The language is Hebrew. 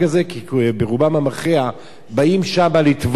כי ברובם המכריע באים שמה לטבול.